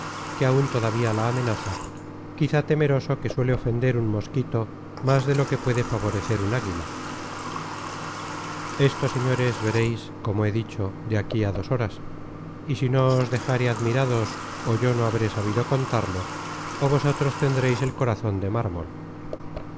que áun todavía la amenaza quizá temeroso que suele ofender un mosquito más de lo que puede favorecer un águila esto señores vereis como he dicho de aquí á dos horas y si no os dejáre admirados ó yo no habré sabido contarlo ó vosotros tendreis el corazon de mármol